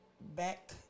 Back